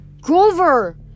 Grover